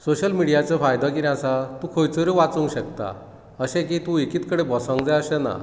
social मिडीयाचो फायदो कितें आसा तूं खंयसरूय वाचूंक शकता अशें नी कि तूं एकीच कडेन बसोंक जाय अशें ना